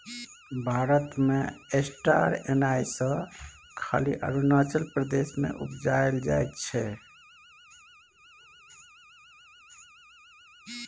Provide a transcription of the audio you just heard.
भारत मे star anise खाली अरुणाचल प्रदेश मे उपजाएल जाइ छै